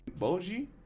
Boji